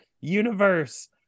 universe